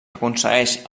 aconsegueix